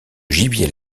gibier